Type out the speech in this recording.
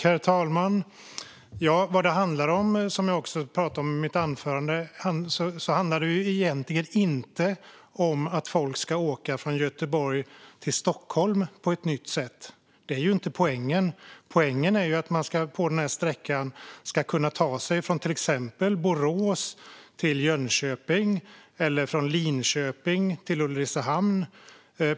Herr talman! Det handlar egentligen inte om att folk ska åka från Göteborg till Stockholm på ett nytt sätt, vilket jag också talade om i mitt anförande. Det är inte poängen. Poängen är att man på den sträckan ska kunna ta sig från till exempel Borås till Jönköping eller från Linköping till Ulricehamn.